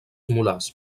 molars